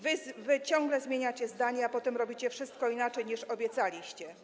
Wy ciągle zmieniacie zdanie, a potem robicie wszystko inaczej, niż obiecaliście.